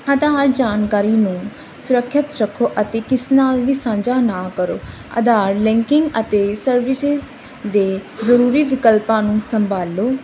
ਆਧਾਰ ਜਾਣਕਾਰੀ ਨੂੰ ਸੁਰੱਖਿਅਤ ਰੱਖੋ ਅਤੇ ਕਿਸ ਨਾਲ ਵੀ ਸਾਂਝਾ ਨਾ ਕਰੋ ਆਧਾਰ ਲਿੰਕਿੰਗ ਅਤੇ ਸਰਵਿਸਿਸ ਦੇ ਜ਼ਰੂਰੀ ਵਿਕਲਪਾਂ ਨੂੰ ਸੰਭਾਲੋ